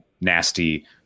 nasty